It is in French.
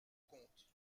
compte